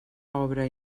obra